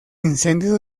incendio